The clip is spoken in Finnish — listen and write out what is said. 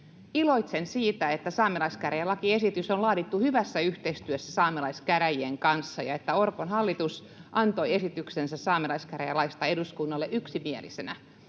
Iloitsen siitä, että saamelaiskäräjälakiesitys on laadittu hyvässä yhteistyössä saamelaiskäräjien kanssa ja että Orpon hallitus antoi esityksensä saamelaiskäräjälaista eduskunnalle yksimielisenä.